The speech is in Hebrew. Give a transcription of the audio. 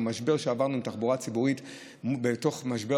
המשבר שעברנו עם התחבורה הציבורית בתוך משבר